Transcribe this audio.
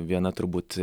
viena turbūt